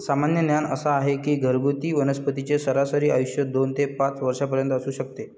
सामान्य ज्ञान असा आहे की घरगुती वनस्पतींचे सरासरी आयुष्य दोन ते पाच वर्षांपर्यंत असू शकते